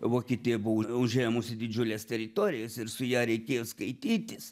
vokietija buvo užėmusi didžiules teritorijas ir su ja reikėjo skaitytis